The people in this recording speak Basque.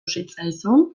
zitzaizun